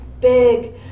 big